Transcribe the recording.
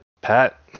Pat